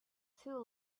too